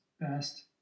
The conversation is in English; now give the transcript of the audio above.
best